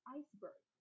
iceberg